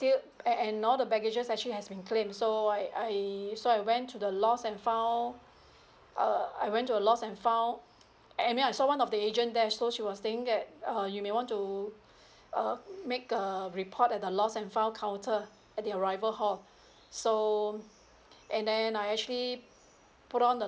still and and all the baggage actually has been claim so I I so I went to the lost and found uh I went to the lost and found I mean I saw one of the agent there so she was saying that uh you may want to uh make a report at the lost and found counter at the arrival hall so and then I actually put on the